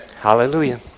Hallelujah